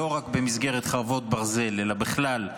לא רק במסגרת חרבות ברזל אלא בכלל,